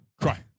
cry